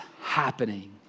happening